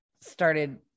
started